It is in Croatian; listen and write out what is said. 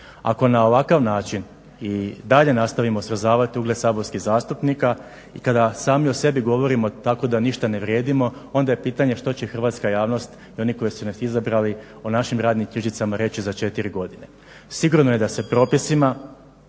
Ako na ovakav način i dalje nastavimo srozavati ugled saborskih zastupnika i kada sami o sebi govorimo tako da ništa ne vrijedimo onda je pitanje što će hrvatska javnost i oni koji su nas izabrali o našim radnim knjižicama reći za četiri godine. Sigurno je da se propisima